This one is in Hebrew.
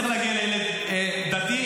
צריך להגיע לילד דתי,